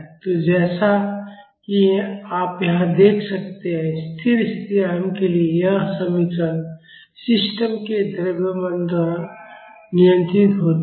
तो जैसा कि आप यहां देख सकते हैं स्थिर स्थिति आयाम के लिए यह समीकरण सिस्टम के द्रव्यमान द्वारा नियंत्रित होती है